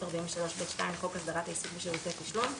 43(ב)(2) לחוק הסדרת העיסוק בשירותי תשלום.